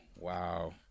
Wow